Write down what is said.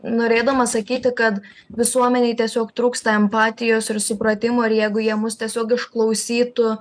norėdama sakyti kad visuomenei tiesiog trūksta empatijos ir supratimo ir jeigu jie mus tiesiog išklausytų